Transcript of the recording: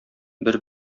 бер